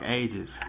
ages